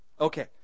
Okay